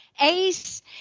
Ace